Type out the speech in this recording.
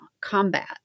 combat